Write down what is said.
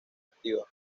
activa